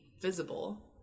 visible